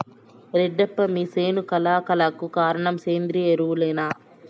రెడ్డప్ప మీ సేను కళ కళకు కారణం సేంద్రీయ ఎరువులేనా